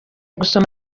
gusoma